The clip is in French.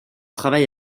travail